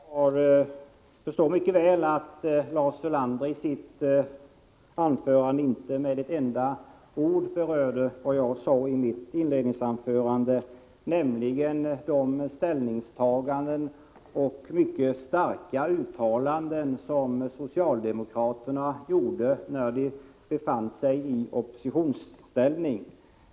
Herr talman! Jag förstår mycket väl varför Lars Ulander i sitt anförande inte med ett enda ord berörde det jag tog upp i mitt inledningsanförande, nämligen de ställningstaganden och mycket starka uttalanden som socialdemokraterna gjorde när de befann sig i oppositionsställning.